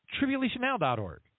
tribulationnow.org